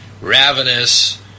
ravenous